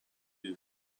him